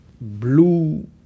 blue